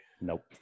nope